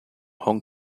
hong